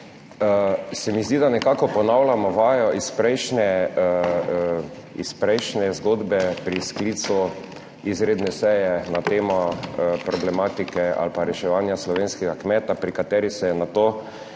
se mi zdi, da nekako ponavljamo vajo iz prejšnje, iz prejšnje zgodbe pri sklicu izredne seje na temo problematike ali pa reševanja slovenskega kmeta, pri kateri se je na to seveda